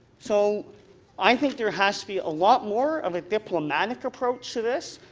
so i think there has to be a lot more of a diplomatic approach to this,